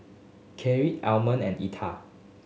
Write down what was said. Kathlyn Almon and Etta